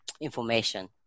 information